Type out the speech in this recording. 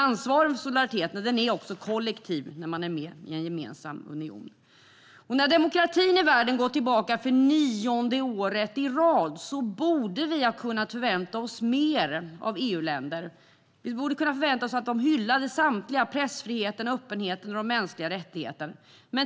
Ansvar och solidaritet är kollektiv i en union. När demokratin i världen går tillbaka för nionde året i rad borde vi kunna förvänta oss mer av EU-länderna. Vi borde kunna förvänta oss att samtliga skulle hylla pressfrihet, öppenhet och mänskliga rättigheter.